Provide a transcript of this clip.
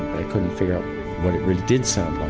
i couldn't figure out what it really did sound